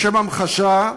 לשם המחשה,